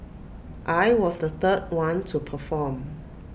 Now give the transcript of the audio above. I was the third one to perform